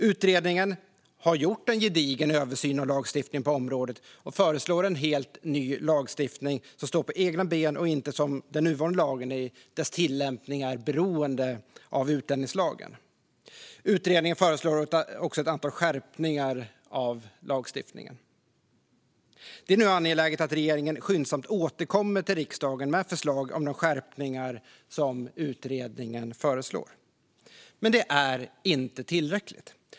Utredningen har gjort en gedigen översyn av lagstiftningen på området och föreslår en helt ny lagstiftning som står på egna ben och inte, som den nuvarande lagen, i dess tillämpningar är beroende av utlänningslagen. Utredningen föreslår också ett antal skärpningar av lagstiftningen. Det är nu angeläget att regeringen skyndsamt återkommer till riksdagen med förslag om de skärpningar som utredningen föreslår. Men det är inte tillräckligt.